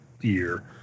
year